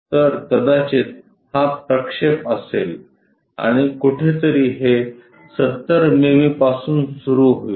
तर कदाचित हा प्रक्षेप असेल आणि कुठेतरी हे 70 मिमीपासून सुरू होईल